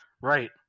Right